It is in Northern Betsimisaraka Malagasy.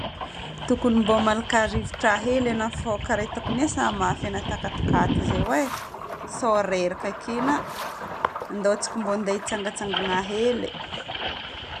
Tokony mbô malaka rivotra hely ialahy fô karaha hitako niasa mafy ialahy takatokato izy io e. Sao reraka ake nà. Ndao tsika mbô handeha hitsangatsangana hely e.